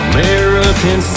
American